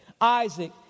Isaac